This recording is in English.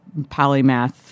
polymath